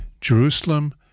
Jerusalem